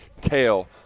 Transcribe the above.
tail